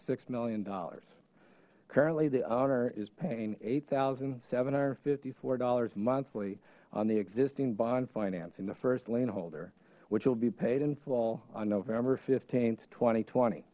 six million dollars currently the owner is paying eight thousand seven hundred fifty four dollars monthly on the existing bond finance in the first lien holder which will be paid in full on november fifteenth twenty twenty